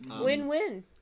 Win-win